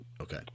okay